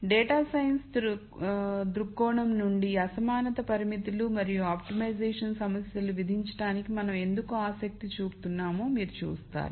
data science దృక్కోణం నుండి అసమానత పరిమితులు మరియు ఆప్టిమైజేషన్ సమస్యలను విధించడానికి మనం ఎందుకు ఆసక్తి చూపుతున్నామో మీరు చూస్తారు